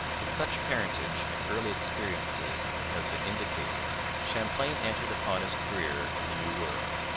with such parentage and early experiences as have been indicated champlain entered upon his career in the new world.